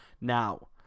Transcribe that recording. Now